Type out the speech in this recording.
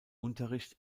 unterricht